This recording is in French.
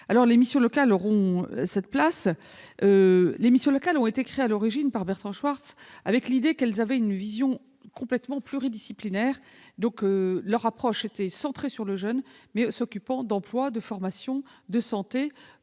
les missions locales auront toute leur place. Elles ont été créées à l'origine par Bertrand Schwartz avec l'idée qu'elles avaient une vision complètement pluridisciplinaire : leur approche était centrée sur le jeune, mais elles s'occupaient d'emploi, de formation, de santé,